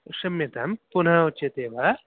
क्षम्यतां पुनः उच्यते वा